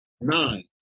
Nine